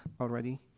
already